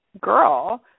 girl